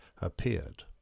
appeared